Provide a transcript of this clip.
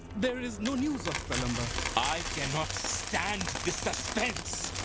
there is no news of talamba i cannot stand this suspense!